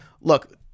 look